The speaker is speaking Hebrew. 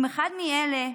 אם אחד מאלה,